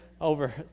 over